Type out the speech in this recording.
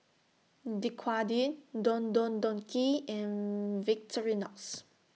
Dequadin Don Don Donki and Victorinox